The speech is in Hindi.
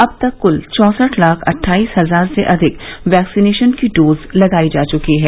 अब तक कुल चौसठ लाख अट्ठाईस हजार से अधिक वैक्सीनेशन की डोज लगाई जा चुकी है